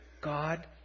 God